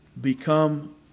Become